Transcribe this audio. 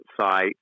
site